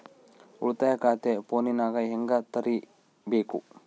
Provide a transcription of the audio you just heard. ಉಳಿತಾಯ ಖಾತೆ ಫೋನಿನಾಗ ಹೆಂಗ ತೆರಿಬೇಕು?